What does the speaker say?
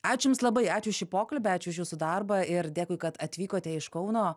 ačiū jums labai ačiū už šį pokalbį ačiū už jūsų darbą ir dėkui kad atvykote iš kauno